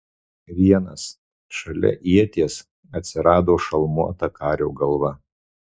vienas šalia ieties atsirado šalmuota kario galva